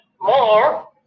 more